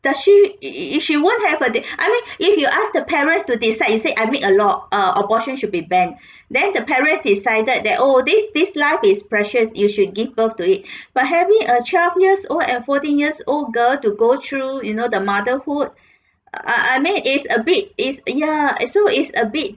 does she is she won't have the I mean if you ask the parents to decide you said I read a lot uh abortion should be banned then the parents decided that oh this this life is precious you should give birth to it but having a twelve years old and fourteen years old girl to go through you know the motherhood I I mean is a bit is ya it's so is a bit